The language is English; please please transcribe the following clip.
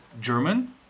German